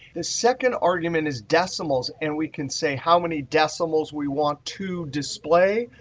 the second argument is decimals. and we can say how many decimals we want to display.